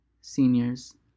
seniors